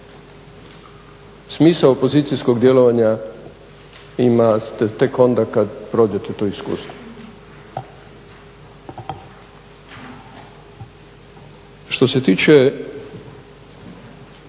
Smisao političkog djelovanja ima tek onda kad prođete to iskustvo. Što se tiče